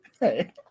Hey